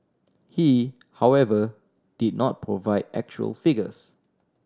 he however did not provide actual figures